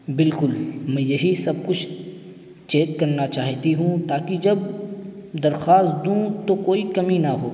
بالکل میں یہی سب کچھ چیک کرنا چاہتی ہوں تاکہ جب درخواست دوں تو کوئی کمی نہ ہو